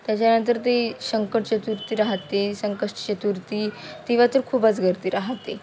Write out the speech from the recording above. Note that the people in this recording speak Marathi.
त्याच्यानंतर ते शंकट चतुर्थी राहते संकष्ट चतुर्थी तेव्हा तर खूपच गर्दी राहते